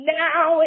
now